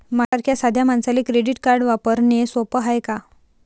माह्या सारख्या साध्या मानसाले क्रेडिट कार्ड वापरने सोपं हाय का?